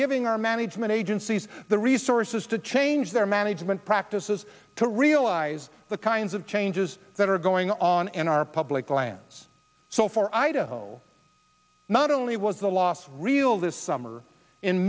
giving our management agencies the resources to change their management practices to realize the kinds of changes that are going on in our public lands so for idaho not only was the last real this summer